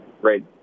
Great